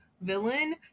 villain